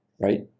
right